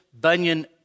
Bunyan